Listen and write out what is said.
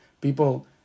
People